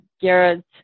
Garrett